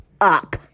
up